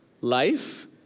life